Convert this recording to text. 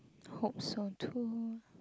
hope so too